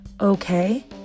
okay